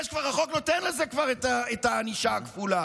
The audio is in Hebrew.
החוק כבר נותן לזה את הענישה הכפולה.